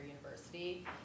university